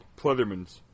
Pleathermans